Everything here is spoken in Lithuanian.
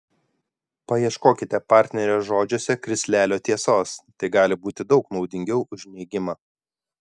paieškokite partnerio žodžiuose krislelio tiesos tai gali būti daug naudingiau už neigimą